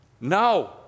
no